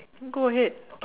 go ahead